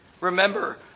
Remember